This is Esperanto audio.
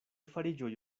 fariĝoj